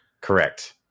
correct